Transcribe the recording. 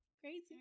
crazy